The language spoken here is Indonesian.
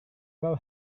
kau